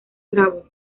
bravo